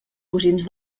cosins